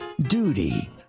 duty